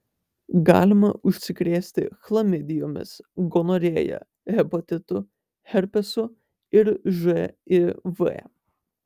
galima užsikrėsti chlamidijomis gonorėja hepatitu herpesu ir živ